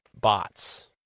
bots